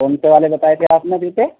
کون سے والے بتائے تھے آپ نے جوتے